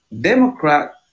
Democrat